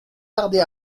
tarder